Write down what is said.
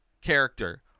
character